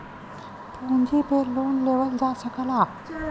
पूँजी पे लोन लेवल जा सकला